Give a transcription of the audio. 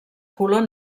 color